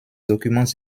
documents